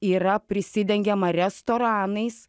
yra prisidengiama restoranais